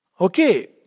Okay